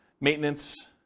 maintenance